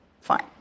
Fine